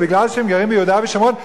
בגלל שהם גרים ביהודה ושומרון,